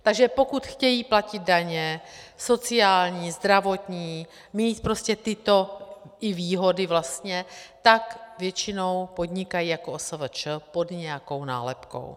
Takže pokud chtějí platit daně, sociální, zdravotní, mít prostě tyto i výhody vlastně, tak většinou podnikají jako OSVČ pod nějakou nálepkou.